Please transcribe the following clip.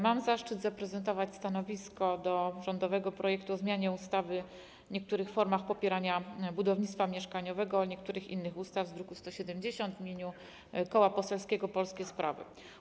Mam zaszczyt zaprezentować stanowisko co do rządowego projektu ustawy o zmianie ustawy o niektórych formach popierania budownictwa mieszkaniowego oraz niektórych innych ustaw z druku nr 1070 w imieniu Koła Poselskiego Polskie Sprawy.